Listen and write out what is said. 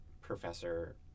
professor